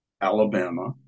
Alabama